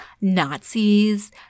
Nazis